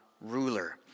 ruler